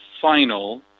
final